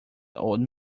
old